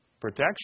protection